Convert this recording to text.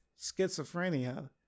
schizophrenia